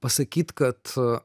pasakyt kad